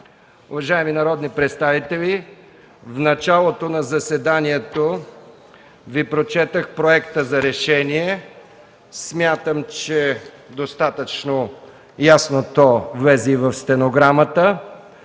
Уважаеми народни представители, в началото на заседанието Ви прочетох проекта за решение. Смятам, че то е достатъчно ясно, то влезе и в стенограмата.